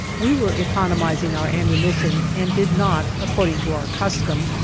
we were economizing our ammunition and did not, according to our custom,